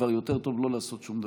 כבר יותר טוב לא לעשות שום דבר.